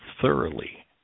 thoroughly